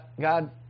God